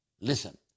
listen